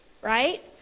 right